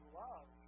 love